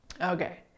okay